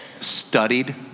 studied